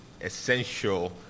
essential